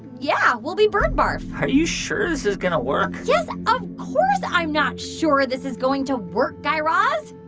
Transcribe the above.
yeah. we'll be bird barf are you sure this is going to work? yes, of course i'm not sure this is going to work, guy raz.